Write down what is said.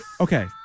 Okay